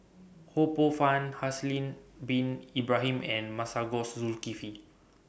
Ho Poh Fun Haslir Bin Ibrahim and Masagos Zulkifli